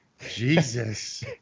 Jesus